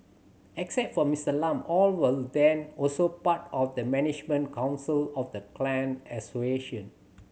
except for Mister Lam all were then also part of the management council of the clan association